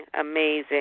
amazing